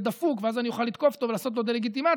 דפוק ואז אני אוכל לתקוף אותו ולעשות לו דה-לגיטימציה,